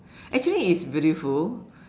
actually is beautiful